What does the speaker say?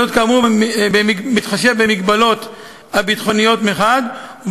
כאמור בהתחשב במגבלות הביטחוניות מחד גיסא,